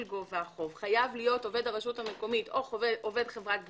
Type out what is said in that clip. גובה החוב חייב להיות עובד הרשות המקומית או עובד חברת גבייה,